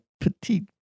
petite